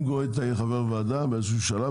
אם גואטה יהיה חבר ועדה באיזשהו שלב,